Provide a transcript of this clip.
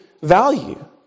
value